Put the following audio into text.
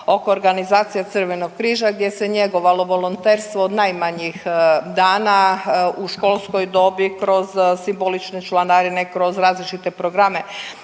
oko organizacije Crvenog križa gdje se njegovalo volonterstvo od najmanjih dana u školskoj dobi kroz simbolične članarine, kroz različite programe